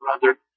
brother